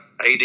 AD